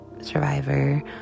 survivor